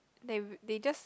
they they just